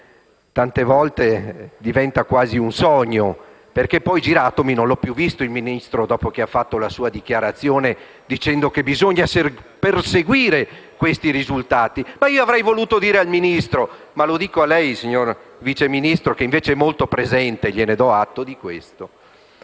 tante volte diventa quasi un sogno, perché poi, girandomi, non ho più visto il Ministro, dopo che ha fatto la sua dichiarazione, dicendo che bisogna perseguire questi risultati. Avrei voluto dire al Ministro, e dico a lei, signor Vice Ministro, che invece è molto presente e gliene do atto, a